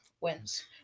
wins